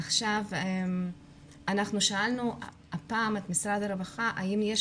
אנחנו שאלנו את משרד הרווחה האם יש